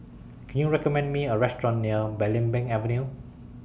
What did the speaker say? Can YOU recommend Me A Restaurant near Belimbing Avenue